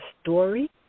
story